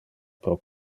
pro